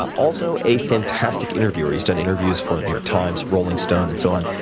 also, a fantastic interviewer. he's done interviews for the new york times, rolling stone, and so on.